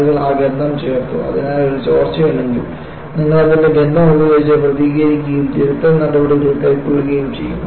ആളുകൾ ആ ഗന്ധം ചേർത്തു അതിനാൽ ഒരു ചോർച്ചയുണ്ടെങ്കിൽ നിങ്ങൾ അതിൻറെ ഗന്ധം ഉപയോഗിച്ച് പ്രതികരിക്കുകയും തിരുത്തൽ നടപടികൾ കൈക്കൊള്ളുകയും ചെയ്യും